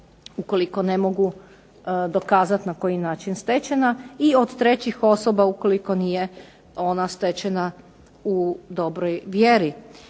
ukoliko ne mogu dokazati na koji je način stečena i od trećih osoba ukoliko nije ona stečena u dobroj vjeri.